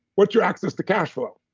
what's your access to cash flow?